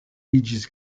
iĝis